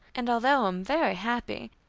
and although i am very happy,